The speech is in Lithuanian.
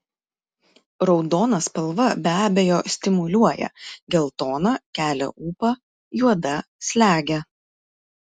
raudona spalva be abejo stimuliuoja geltona kelia ūpą juoda slegia